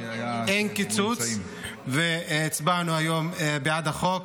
אין קיצוץ והצבענו היום בעד החוק.